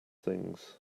things